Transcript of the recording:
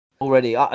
already